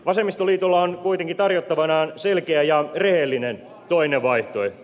vasemmistoliitolla on kuitenkin tarjottavanaan selkeä ja rehellinen toinen vaihtoehto